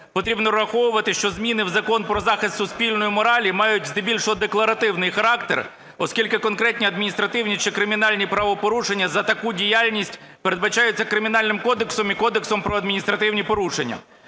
потрібно враховувати, що зміни в Закон "Про захист суспільної моралі" мають здебільшого декларативний характер, оскільки конкретні адміністративні чи кримінальні правопорушення за таку діяльність передбачаються Кримінальним кодексом і Кодексом про адміністративні порушення.